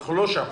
אנחנו לא שם.